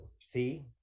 See